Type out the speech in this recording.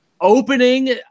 Opening